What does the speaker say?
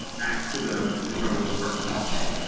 back to them as if i was her. okay.